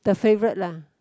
the favourite lah